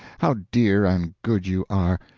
how dear and good you are!